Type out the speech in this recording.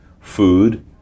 food